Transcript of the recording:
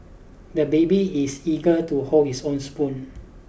the baby is eager to hold his own spoon